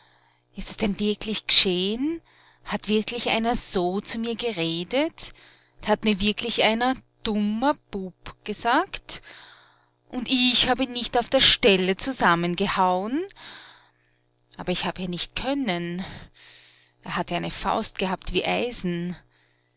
ist es denn wirklich gescheh'n hat wirklich einer so zu mir geredet hat mir wirklich einer dummer bub gesagt und ich hab ihn nicht auf der stelle zusammengehauen aber ich hab ja nicht können er hat ja eine faust gehabt wie eisen